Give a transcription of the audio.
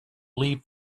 leave